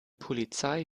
polizei